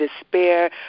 despair